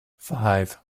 five